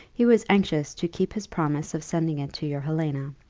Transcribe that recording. he was anxious to keep his promise of sending it to your helena.